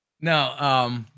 No